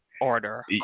order